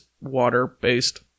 water-based